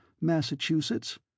Massachusetts